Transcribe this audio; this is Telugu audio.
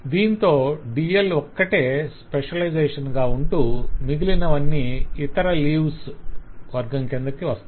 దానితో DL ఒక్కటే స్పెషలైజేషన్ గా ఉంటూ మిగిలనవన్నీ 'ఇతర లీవ్స్' వర్గం కిందకు వస్తాయి